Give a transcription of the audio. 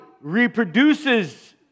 reproduces